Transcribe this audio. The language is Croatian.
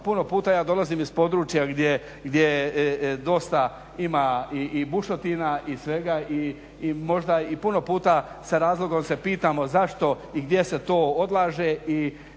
puno puta, ja dolazim iz područja gdje dosta ima i bušotina i svega i možda i puno puta sa razlogom se pitamo zašto i gdje se to odlaže